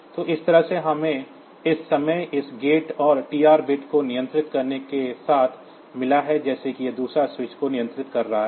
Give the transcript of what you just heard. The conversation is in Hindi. तो इस तरह से हमें इस समय इस गेट और TR बिट्स को नियंत्रित करने के साथ मिला है जैसे कि यह दूसरा स्विच को नियंत्रित कर रहा है